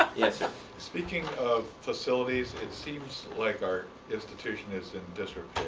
ah yeah answer. speaking of facilities, it seems like our institution is in disrepair.